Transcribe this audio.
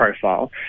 profile